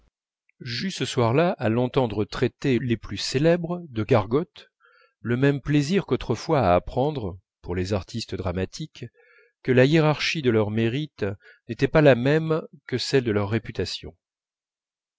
j'eus ce soir-là à l'entendre traiter les plus célèbres de gargotes le même plaisir qu'autrefois à apprendre pour les artistes dramatiques que la hiérarchie de leurs mérites n'était pas la même que celle de leurs réputations